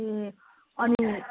ए अनि